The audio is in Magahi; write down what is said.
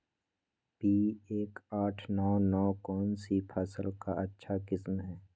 पी एक आठ नौ नौ कौन सी फसल का अच्छा किस्म हैं?